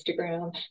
Instagram